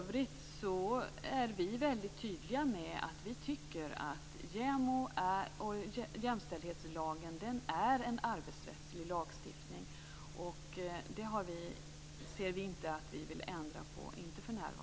Vi är i övrigt väldigt tydliga i vår uppfattning att lagstiftningen om JämO och om jämställdheten har arbetsrättslig karaktär. Vi vill inte för närvarande ändra på detta.